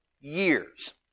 years